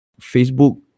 Facebook